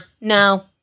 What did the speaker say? no